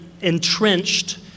entrenched